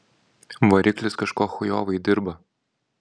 variklis kažko chujovai dirba